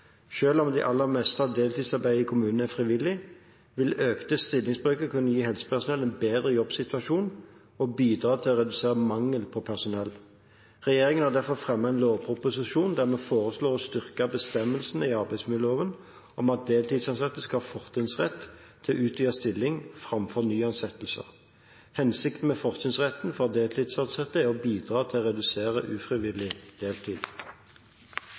om det aller meste av deltidsarbeidet i kommunene er frivillig, vil økte stillingsbrøker kunne gi helsepersonell en bedre jobbsituasjon og bidra til å redusere mangelen på personell. Regjeringen har derfor fremmet en lovproposisjon der vi foreslår å styrke bestemmelsen i arbeidsmiljøloven om at deltidsansatte skal ha fortrinnsrett til utvidet stilling, framfor nyansettelser. Hensikten med fortrinnsretten for deltidsansatte er å bidra til å redusere ufrivillig deltid.